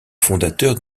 fondateurs